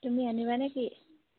তুমি আনিবা নে কি